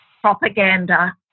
propaganda